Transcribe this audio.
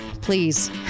please